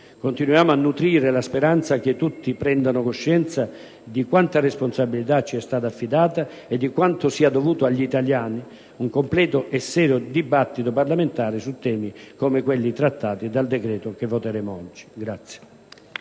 Continuiamo a nutrire la speranza che tutti prendano coscienza di quanta responsabilità ci è stata affidata e di quanto sia dovuto agli italiani, ossia un completo e serio dibattito parlamentare su temi come quelli trattati dal decreto-legge oggi in